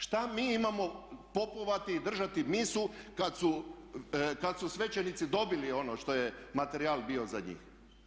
Što mi imamo popovati i držati misu kad su svećenici dobili ono što je materijal bio za njih?